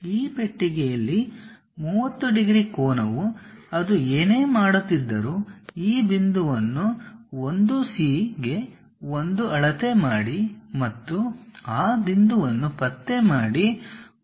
ಈ ಪೆಟ್ಟಿಗೆಯಲ್ಲಿ 30 ಡಿಗ್ರಿ ಕೋನವು ಅದು ಏನೇ ಮಾಡುತ್ತಿದ್ದರೂ ಈ ಬಿಂದುವನ್ನು 1 C ಗೆ 1 ಅಳತೆ ಮಾಡಿ ಮತ್ತು ಆ ಬಿಂದುವನ್ನು ಪತ್ತೆ ಮಾಡಿ 1